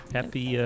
Happy